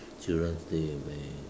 children's day where